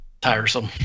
Tiresome